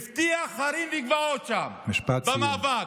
הבטיח הרים וגבעות שם במאבק.